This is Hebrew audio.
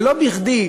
ולא בכדי,